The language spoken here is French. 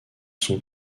sont